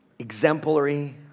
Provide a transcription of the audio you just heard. exemplary